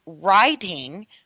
writing